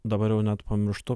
dabar jau net pamirštu